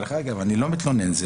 אני לא מתלונן,